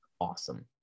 awesome